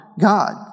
God